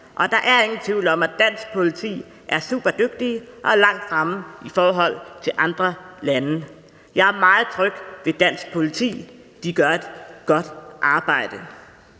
Der er ingen tvivl om, at dansk politi er superdygtige og langt fremme i forhold til andre lande. Jeg er meget tryg ved dansk politi. De gør et godt arbejde.